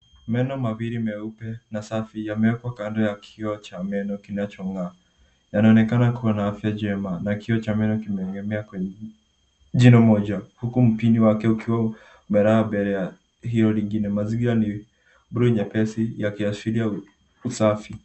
Meno mawili meupe na safi yamewekwa kando ya kioo cha meno kinachong'aa. Yanaonekana kuwa na afya njema na kioo cha meno kimeegemea kwenye jino moja huku mpini wake ukiwa umelala mbele ya hilo lingine. Mazingira ni bluu nyepesi yakiashiria usafi.